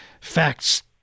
facts